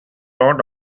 lot